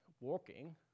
walking